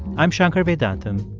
i'm shankar vedantam.